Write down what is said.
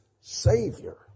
Savior